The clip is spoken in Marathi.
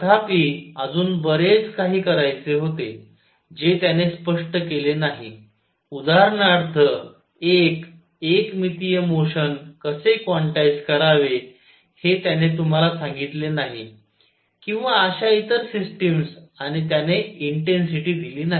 तथापि अजून बरेच काही करायचे होते जे त्याने स्पष्ट केले नाही उदाहरणार्थ एक एक मितीय मोशन कसे क्वांटाईझ करावे हे त्याने तुम्हाला सांगितले नाही किंवा अश्या इतर सिस्टिम्स आणि त्याने इंटेन्सिटी दिली नाही